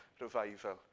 revival